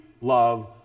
love